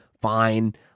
Fine